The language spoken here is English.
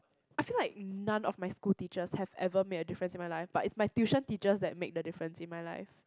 I feel like non of my school teachers have ever made a difference in my life but is the tuition teachers that made the difference in my life